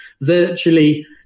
virtually